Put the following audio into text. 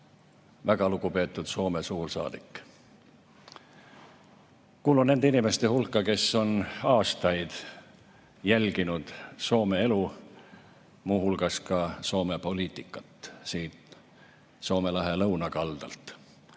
Väga lugupeetud Soome suursaadik! Kuulun nende inimeste hulka, kes on aastaid jälginud Soome elu, muu hulgas Soome poliitikat, siit Soome lahe lõunakaldalt